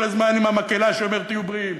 הזמן עם המקהלה שאומרת: תהיו בריאים.